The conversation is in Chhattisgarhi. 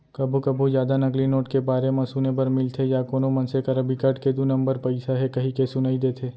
कभू कभू जादा नकली नोट के बारे म सुने बर मिलथे या कोनो मनसे करा बिकट के दू नंबर पइसा हे कहिके सुनई देथे